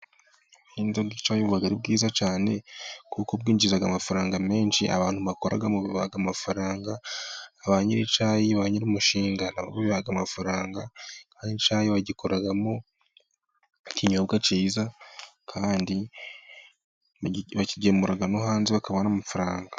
Ubuhinzi bw'icyayi buba ari bwiza cyane, kuko bwinjiza amafaranga menshi, abantu bakoramo babaha amafaranga, ba nyir'icyayi, ba nyir'umushinga nabo bibaha amafaranga, kandi icyayi bagikoramo ikinyobwa cyiza, kandi bakigemura no hanze bakabona amafaranga.